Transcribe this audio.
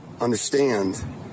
understand